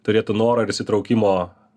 turėtų noro ir įsitraukimo